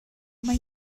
mai